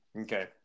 Okay